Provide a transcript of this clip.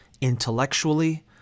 intellectually